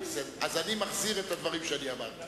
מר נתניהו מפתה ושותפיו הקואליציוניים מתפתים.